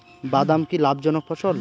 বাদাম কি লাভ জনক ফসল?